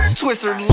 twister